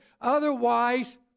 Otherwise